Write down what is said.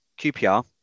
QPR